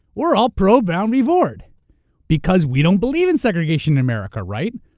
we're all pro brown v. board because we don't believe in segregation in america, right?